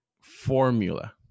formula